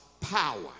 power